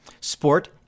sport